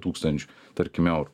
tūkstančių tarkim eurų